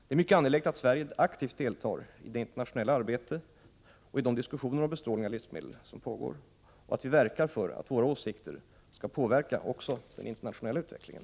Det är mycket angeläget att Sverige aktivt deltar i det internationella arbete och i de diskussioner om bestrålning av livsmedel som pågår, och verkar för att våra åsikter skall påverka också den internationella utvecklingen.